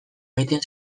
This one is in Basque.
egiten